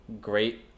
great